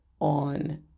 on